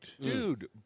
Dude